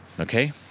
Okay